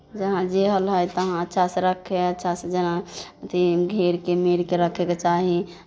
जहाँ जहल हइ तहाँ अच्छासँ रखै हइ अच्छासँ जेना अथि घेरि कऽ मेढ़ि कऽ रखयके चाही